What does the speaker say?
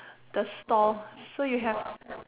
the stall so you have